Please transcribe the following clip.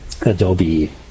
adobe